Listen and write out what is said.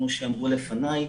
כמו שאמרו לפני,